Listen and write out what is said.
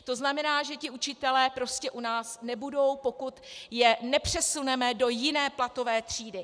To znamená, že ti učitelé prostě u nás nebudou, pokud je nepřesuneme do jiné platové třídy.